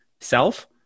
self